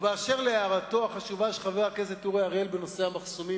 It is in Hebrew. ואשר להערתו החשובה של חבר הכנסת אורי אריאל בנושא המחסומים,